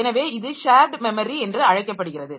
எனவே இது shared memory என்று அழைக்கப்படுகிறது